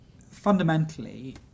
Fundamentally